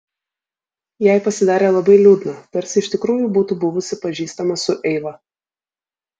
jai pasidarė labai liūdna tarsi iš tikrųjų būtų buvusi pažįstama su eiva